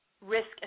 risk